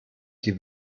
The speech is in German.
die